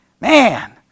man